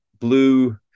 blue